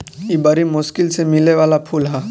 इ बरी मुश्किल से मिले वाला फूल ह